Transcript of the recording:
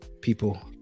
People